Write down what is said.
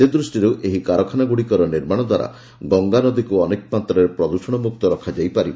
ସେ ଦୃଷ୍ଟିରୁ ଏହି କାରଖାନାଗୁଡ଼ିକର ନିର୍ମାଣ ଦ୍ୱାରା ଗଙ୍ଗାନଦୀକୁ ଅନେକ ମାତ୍ରାରେ ପ୍ରଦୃଷଣ ମୁକ୍ତ ରଖାଯାଇ ପାରିବ